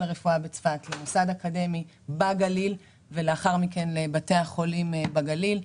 לרפואה בצפת עם מוסד אקדמי בגליל ועם בתי החולים בגליל.